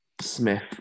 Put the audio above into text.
Smith